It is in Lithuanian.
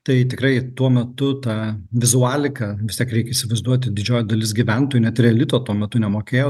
tai tikrai tuo metu tą vizualiką vis tiek reikia įsivaizduoti didžioji dalis gyventojų net ir elito tuo metu nemokėjo